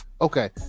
okay